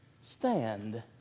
stand